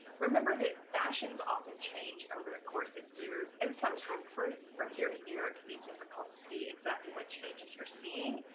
remember that fashions often change over the course of years and sometimes from from year to year it can be difficult to see exactly what changes you're seeing,